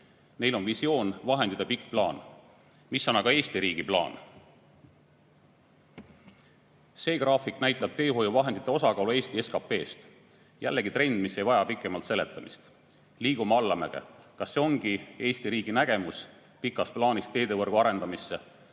Neil on visioon, vahendid ja pikk plaan. Mis on aga Eesti riigi plaan? See graafik näitab teehoiuvahendite osakaalu Eesti SKT‑s. Jällegi trend, mis ei vaja pikemat seletamist: liigume allamäge. Kas see ongi Eesti riigi nägemus pikas plaanis teevõrgu arendamisest